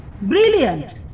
Brilliant